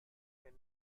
denn